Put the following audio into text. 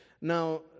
Now